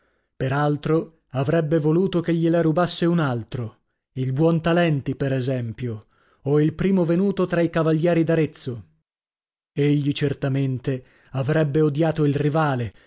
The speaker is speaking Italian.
altro avrebbe voluto che gliela rubasse un altro il buontalenti per esempio o il primo venuto tra i cavalieri d'arezzo egli certamente avrebbe odiato il rivale